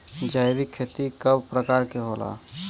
जैविक खेती कव प्रकार के होला?